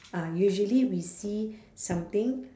ah usually we see something